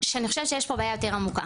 שאני חושבת שיש פה בעיה יותר עמוקה,